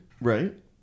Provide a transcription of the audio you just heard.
Right